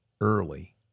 early